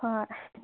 ꯍꯣꯏ